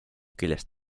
küljest